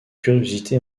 curiosité